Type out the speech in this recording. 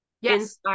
Yes